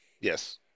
yes